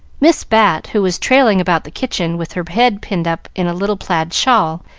miss bat, who was trailing about the kitchen, with her head pinned up in a little plaid shawl,